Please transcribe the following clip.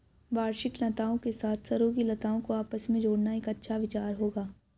वार्षिक लताओं के साथ सरू की लताओं को आपस में जोड़ना एक अच्छा विचार होगा